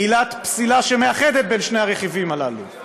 עילת פסילה שמאחדת את שני הרכיבים הללו.